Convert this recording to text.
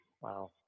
Wow